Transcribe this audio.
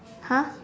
!huh!